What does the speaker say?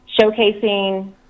showcasing